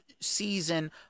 season